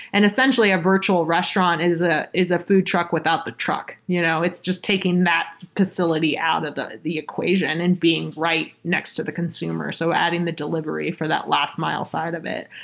and essentially a virtual restaurant is ah is a food truck without the truck. you know it's just taking that facility out of the the equation and being right next to the consumer, so adding the delivery for that last mile side of it.